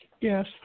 Yes